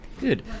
Good